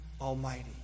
Almighty